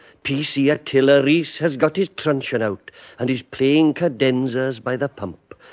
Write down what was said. p. c. attila rees has got his truncheon out and is playing cadenzas by the pump,